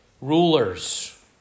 rulers